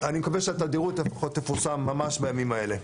אני מקווה שלפחות התדירות לפחות תפורסם ממש בימים האלה.